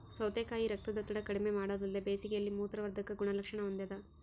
ಸೌತೆಕಾಯಿ ರಕ್ತದೊತ್ತಡ ಕಡಿಮೆಮಾಡೊದಲ್ದೆ ಬೇಸಿಗೆಯಲ್ಲಿ ಮೂತ್ರವರ್ಧಕ ಗುಣಲಕ್ಷಣ ಹೊಂದಾದ